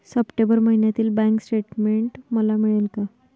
September महिन्यातील bank statement मला मिळेल का?